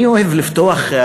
אני אוהב לפתוח,